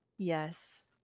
Yes